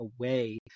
away